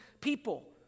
people